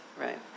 right